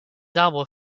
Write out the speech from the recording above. arbres